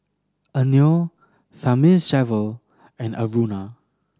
Anil Thamizhavel and Aruna